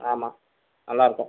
ஆமாம் நல்லா இருக்கும்